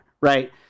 right